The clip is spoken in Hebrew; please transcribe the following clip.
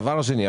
דבר שני,